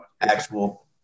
actual